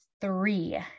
three